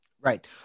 Right